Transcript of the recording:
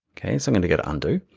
okay? so i'm gonna go to undo.